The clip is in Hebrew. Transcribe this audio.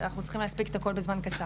אנחנו צריכים להספיק את הכול בזמן קצר.